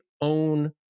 own